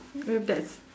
uh that's